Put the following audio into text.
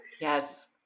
Yes